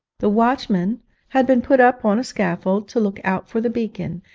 the watchman had been put up on a scaffold to look out for the beacon,